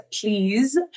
please